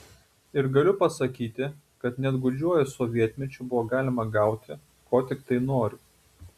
ir galiu pasakyti kad net gūdžiuoju sovietmečiu buvo galima gauti ko tiktai nori